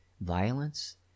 violence